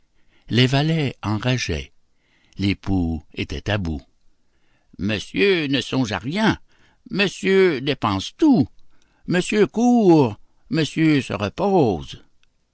les valets enrageaient l'époux était à bout monsieur ne songe à rien monsieur dépense tout monsieur court monsieur se repose